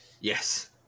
Yes